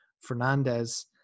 Fernandez